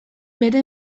bere